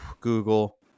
Google